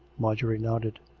marjorie nodded.